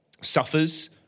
suffers